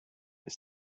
ist